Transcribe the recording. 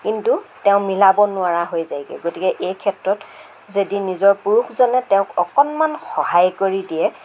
কিন্তু তেওঁ মিলাব নোৱাৰা হৈ যায়গৈ গতিকে এই ক্ষেত্ৰত যদি নিজৰ পুৰুষজনে তেওঁক অকণমান সহায় কৰি দিয়ে